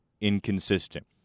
inconsistent